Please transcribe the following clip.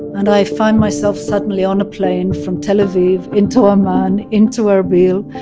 and i find myself suddenly on a plane from tel aviv into amman into erbil,